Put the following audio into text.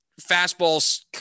fastballs